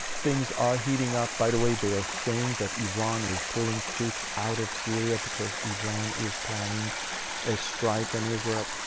things are heating up. by the way, they are saying that iran is pulling troops out of syria because iran is planning a strike on israel.